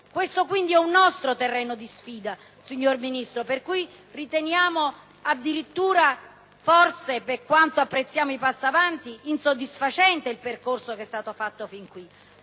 Questo quindi è un nostro terreno di sfida, signor Ministro, per cui riteniamo addirittura, per quanto apprezziamo i passi avanti, insoddisfacente il percorso fatto fin qui.